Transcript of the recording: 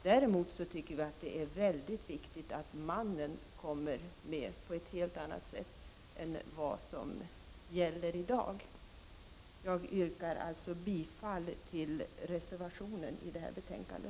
Däremot tycker vi det är mycket viktigt att mannen kommer med i bilden på ett helt annat sätt än vad som är fallet i dag. Jag yrkar bifall till reservationen fogad till detta betänkande.